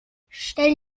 stell